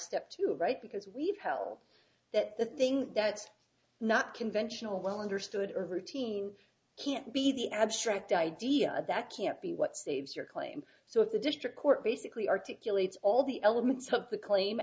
step two right because we've held that the thing that's not conventional well understood or routine can't be the abstract idea that can't be what saves your claim so if the district court basically articulates all the elements of the claim